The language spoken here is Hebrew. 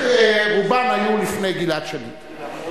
רובן היו לפני גלעד שליט.